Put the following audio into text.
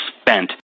spent